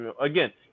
again